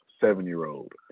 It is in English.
Seven-year-old